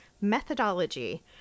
methodology